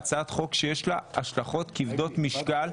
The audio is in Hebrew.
שיש לה השלכות כבדות משקל,